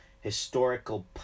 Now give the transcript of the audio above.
historical